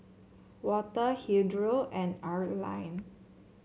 Walter Hildur and Arline